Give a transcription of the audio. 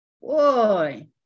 Boy